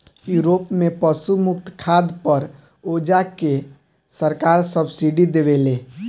Europe में पशु मुक्त खाद पर ओजा के सरकार सब्सिडी देवेले